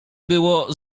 było